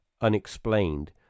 unexplained